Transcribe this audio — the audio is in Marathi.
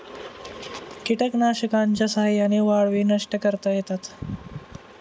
कीटकनाशकांच्या साह्याने वाळवी नष्ट करता येतात